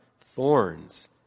Thorns